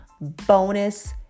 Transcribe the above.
bonus